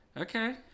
Okay